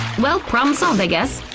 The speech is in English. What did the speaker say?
well, problem solved, i guess.